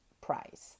price